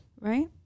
right